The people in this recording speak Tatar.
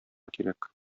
кирәк